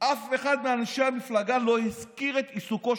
אף אחד מאנשי המפלגה לא הזכיר את עיסוקו,